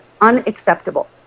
unacceptable